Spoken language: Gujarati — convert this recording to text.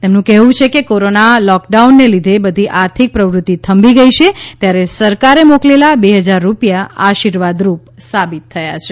તેમનું કહેવું છે કે કોરોના લોક ડાઉનને લીધે બધી આર્થિક પ્રવૃત્તિ થંભી ગઈ છે ત્યારે સરકારે મોકલેલા બે ફજાર રૂપિયા આશીર્વાદરૂપ સાબિત થાય છે